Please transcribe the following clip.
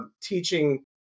teaching